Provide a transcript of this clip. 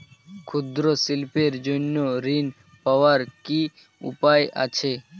ক্ষুদ্র শিল্পের জন্য ঋণ পাওয়ার কি উপায় আছে?